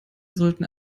sollten